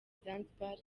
zanzibar